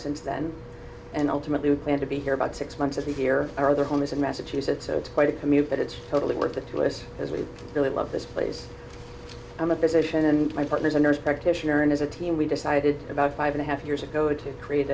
since then and ultimately we plan to be here about six months as we hear our other home is in massachusetts so it's quite a commute but it's totally worth it to us because we really love this place i'm a physician and my partner is a nurse practitioner and as a team we decided about five and a half years ago to create